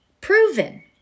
proven